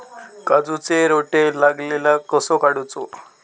काजूक रोटो लागलेलो कसो काडूचो?